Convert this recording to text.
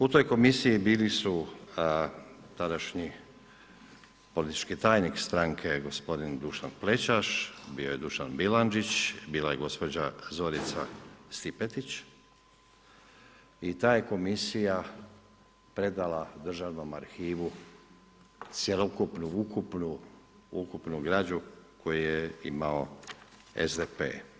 U toj komisiji bili su tadašnji politički tajnik stranke gospodin Dušan Plećaš, bio je Dušan Bilandžić, bila je gospođa Zorica Stipetić i taje komisija predala državnom arhivu cjelokupnu ukupnu građu koju je imao SDP.